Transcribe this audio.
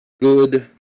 good